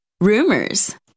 Rumors